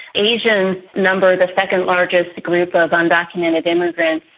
asians number the second largest group of undocumented immigrants,